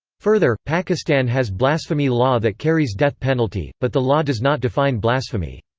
further, pakistan has blasphemy law that carries death penalty, but the law does not define blasphemy.